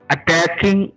Attacking